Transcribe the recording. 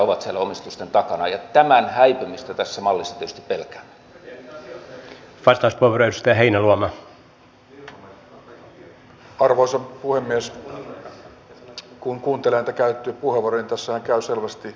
se on todella kova juttu suomalaisten työttömien kannalta ja minä todella toivon malttia tähän keskusteluun ettei lähde lapasesta